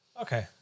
Okay